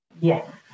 Yes